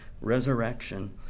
resurrection